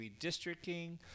redistricting